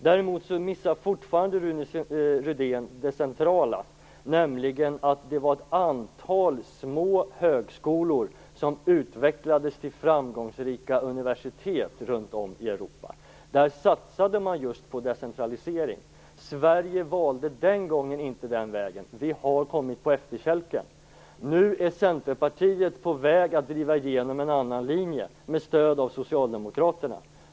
Däremot missar Rune Rydén fortfarande det centrala, nämligen att det var ett antal små högskolor som utvecklades till framgångsrika universitet runt om i Europa. Där satsade man just på decentralisering. Sverige valde den gången inte den vägen. Vi har kommit på efterkälken. Nu är Centerpartiet på väg att driva igenom en annan linje med stöd av Socialdemokraterna.